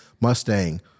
Mustang